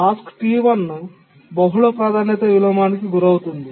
task T1 బహుళ ప్రాధాన్యత విలోమానికి గురైంది